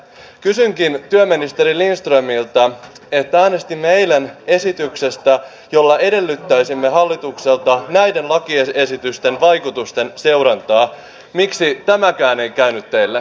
kysynkin työministeri lindströmiltä sitä että kun äänestimme eilen esityksestä jolla edellyttäisimme hallitukselta näiden lakiesitysten vaikutusten seurantaa niin miksi tämäkään ei käynyt teille